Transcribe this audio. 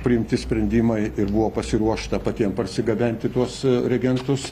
priimti sprendimai ir buvo pasiruošta patiem parsigabenti tuos reagentus